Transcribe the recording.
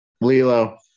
Lilo